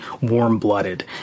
warm-blooded